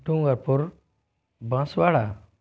Dungarpur Banswara